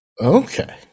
Okay